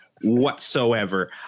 whatsoever